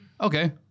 Okay